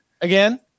Again